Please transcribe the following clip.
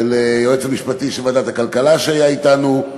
ליועץ המשפטי של ועדת הכלכלה, שהיה אתנו,